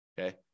okay